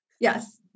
Yes